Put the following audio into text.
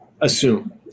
assume